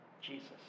Jesus